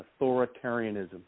authoritarianism